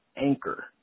anchor